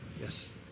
Yes